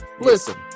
listen